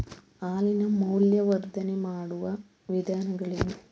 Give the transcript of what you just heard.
ಹಾಲಿನ ಮೌಲ್ಯವರ್ಧನೆ ಮಾಡುವ ವಿಧಾನಗಳೇನು?